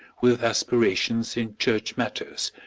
with aspirations in church matters,